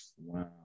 Wow